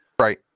right